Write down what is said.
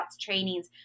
trainings